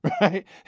Right